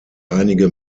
einige